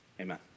amen